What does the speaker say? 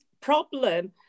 problem